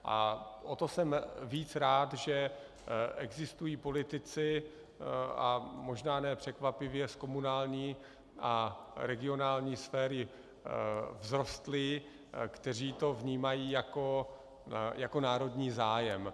O to jsem víc rád, že existují politici, a možná ne překvapivě, z komunální a regionální sféry vzrostlí, kteří to vnímají jako národní zájem.